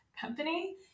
company